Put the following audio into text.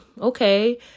okay